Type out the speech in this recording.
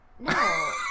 No